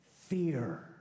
Fear